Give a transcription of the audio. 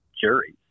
juries